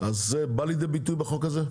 אז זה בא לידי ביטוי בחוק הזה?